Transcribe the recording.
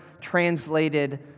translated